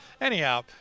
Anyhow